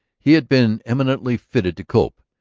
he had been eminently fitted to cope.